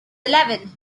eleven